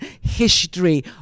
history